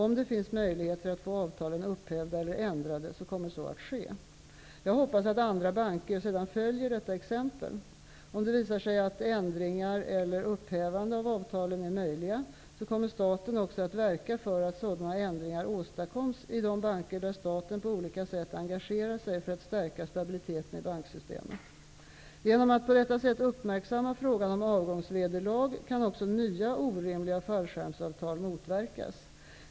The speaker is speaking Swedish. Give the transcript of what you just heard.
Om det finns möjligheter att få avtalen upphävda eller ändrade, kommer så att ske. Jag hoppas att andra banker sedan följer detta exempel. Om det visar sig att ändringar eller upphävande av avtalen är möjliga, kommer staten också verka för att sådana ändringar åstadkoms i de banker där staten på olika sätt engagerar sig för att stärka stabiliteten i banksystemet. Genom att på detta sätt uppmärksamma frågan om avgångsvederlag kan också nya orimliga fallskärmsavtal motverkas.